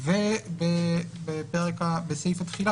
ובסעיף התחילה,